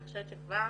אני חושבת שכבר